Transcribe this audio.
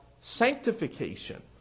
sanctification